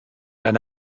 eine